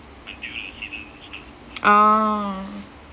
oh